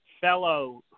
fellow